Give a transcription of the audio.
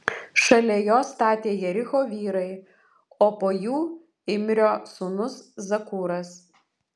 šalia jo statė jericho vyrai o po jų imrio sūnus zakūras